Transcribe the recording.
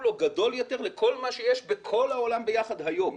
או גדול יותר לכל מה שיש בכל העולם ביחד היום.